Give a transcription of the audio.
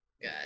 Good